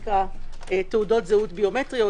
תעודות זהות ביומטריות,